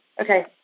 Okay